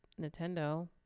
Nintendo